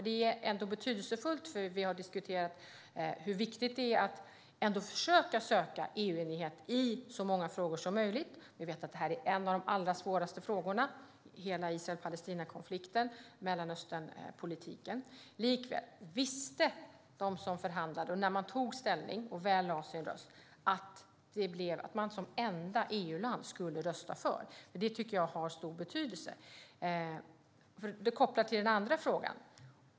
Det är betydelsefullt, eftersom vi har diskuterat hur viktigt det är att ändå söka EU-enighet i så många frågor som möjligt. Vi vet att det här är en av de allra svåraste frågorna i hela Israel-Palestina-konflikten och i Mellanösternpolitiken. Likväl: Visste de som förhandlade när man tog ställning och väl lade sin röst att man som enda EU-land skulle rösta för? Jag tycker att det har stor betydelse, för det kopplar till den andra frågan.